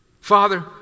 Father